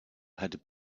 had